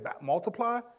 multiply